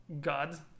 God